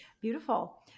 Beautiful